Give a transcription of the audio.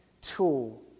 tool